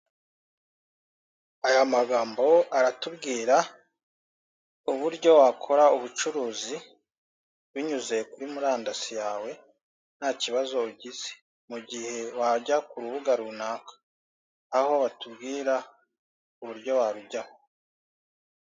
Aya magambo aratubwira uburyo wakora ubucuruzi binyuze kuri murandasi yawe nta kibazo ugize mu gihe wajya ku rubuga runaka, aho batubwira uburyo warujyaho.